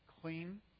clean